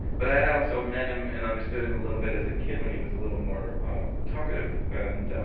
but i had also met him and understood him a little bit as a kid when he was a little more talkative. and